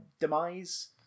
demise